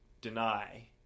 deny